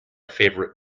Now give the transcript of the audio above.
favourite